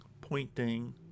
pointing